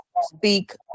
speak